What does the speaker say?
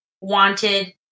wanted